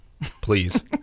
Please